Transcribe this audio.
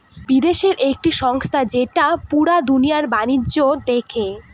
বিদেশের একটি সংস্থা যেটা পুরা দুনিয়ার বাণিজ্য দেখে